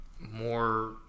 more